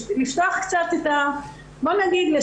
לשנות על הכללים,